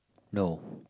no